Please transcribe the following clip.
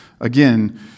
again